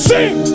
Sing